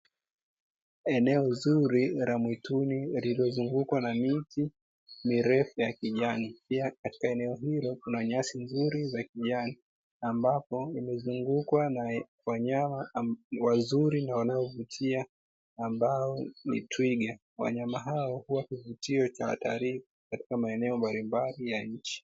Eneo zuri la mwituni lililo zungukwa na miti mirefu ya kijani, pia katika eneo hili kuna nyasi nzuri za kijani, ambapo imezungukwa na wanyama wazuri na wanaovutia ambao ni twiga. Wanyama hawa huwa kivutio kwa watalii katika maeneo mbalimbali ya nchi,